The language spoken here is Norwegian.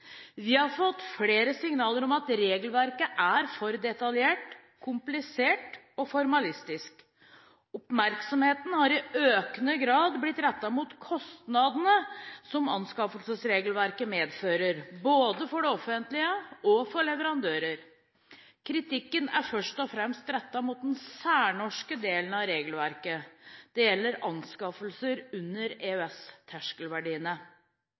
Vi har fått flere signaler om at regelverket er for detaljert, komplisert og formalistisk. Oppmerksomheten har i økende grad blitt rettet mot kostnadene som anskaffelsesregelverket medfører, både for det offentlige og for leverandørene. Kritikken er først og fremst rettet mot den særnorske delen av regelverket. Det gjelder anskaffelser under